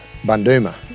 Bunduma